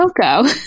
Coco